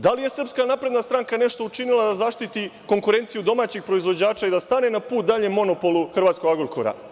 Da li je Srpska napredna stranka nešto učinila da zaštiti konkurenciju domaćih proizvođača i da stane na put daljem monopolu hrvatskog „Agrokora“